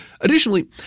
Additionally